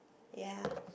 ya